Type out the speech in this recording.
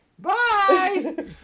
Bye